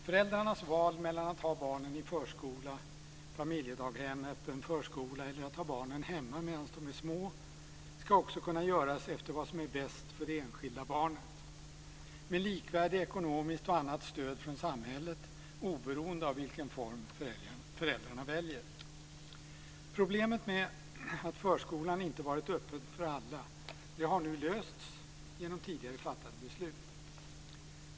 Föräldrarnas val mellan att ha barnen i förskola, i familjedaghem eller i öppen förskola eller att ha barnen hemma medan de är små ska också kunna göras enligt vad som är bäst för det enskilda barnet, med likvärdigt ekonomiskt och annat stöd från samhället oberoende av vilken form föräldrarna väljer. Problemet med att förskolan inte varit öppen för alla har lösts genom tidigare fattade beslut.